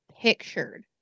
pictured